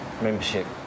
membership